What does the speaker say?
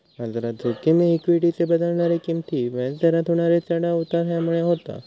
बाजारात जोखिम ही इक्वीटीचे बदलणारे किंमती, व्याज दरात होणारे चढाव उतार ह्यामुळे होता